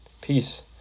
peace